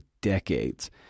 decades